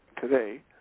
today